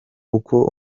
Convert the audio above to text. uko